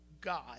God